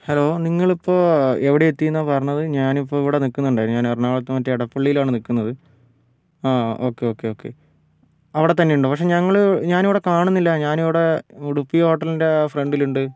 hello നിങ്ങളിപ്പോൾ എവിടെ എത്തിയെന്നാണ് പറഞ്ഞത് ഞാനിപ്പോൾ ഇവിടെ നിൽക്കുന്നുണ്ടായിന് ഞാൻ എറണാകുളത്ത് മറ്റെ ഇടപ്പള്ളിയിലാണ് നിൽക്കുന്നത് ആ ഓക്കേ ഓക്കേ ഓക്കേ അവിടെത്തന്നെയുണ്ടോ പക്ഷെ ഞങ്ങൾ ഞാനിവിടെ കാണുന്നില്ല ഞാനിവിടെ ഉഡുപ്പി ഹോട്ടലിൻ്റെ ഫ്രണ്ടിലുണ്ട്